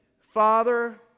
Father